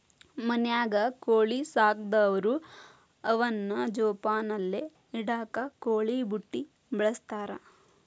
ಮನ್ಯಾಗ ಕೋಳಿ ಸಾಕದವ್ರು ಅವನ್ನ ಜೋಪಾನಲೆ ಇಡಾಕ ಕೋಳಿ ಬುಟ್ಟಿ ಬಳಸ್ತಾರ